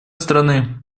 стороны